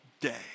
day